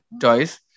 choice